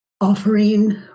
offering